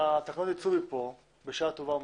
עת התקנות יצאו מכאן בשעה טובה ומוצלחת,